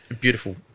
Beautiful